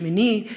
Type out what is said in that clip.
שמיני,